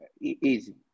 easy